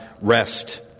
rest